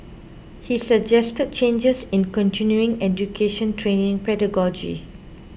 he suggested changes in continuing education training pedagogy